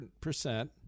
percent